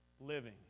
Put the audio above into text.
living